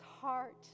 heart